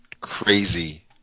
crazy